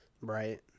Right